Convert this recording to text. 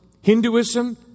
Hinduism